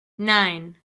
nine